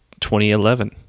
2011